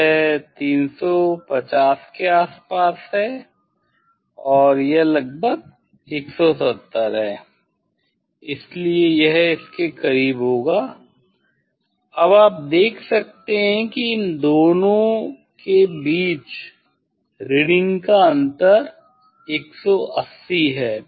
यह 350 के आसपास है और यह लगभग 170 है इसलिए यह इसके करीब होगा अब आप देख सकते हैं कि इन दोनों के बीच रीडिंग का अंतर 180 है